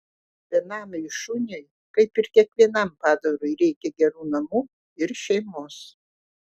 benamiui šuniui kaip ir kiekvienam padarui reikia gerų namų ir šeimos